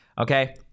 okay